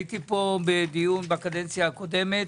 הייתי פה בדיון בקדנציה הקודמת